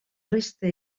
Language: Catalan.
resta